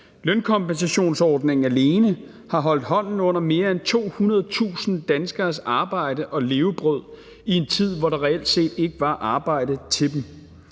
Lønkompensationsordningen alene har holdt hånden under mere end 200.000 danskeres arbejde og levebrød i en tid, hvor der reelt set ikke var arbejde til dem.